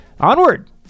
onward